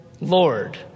Lord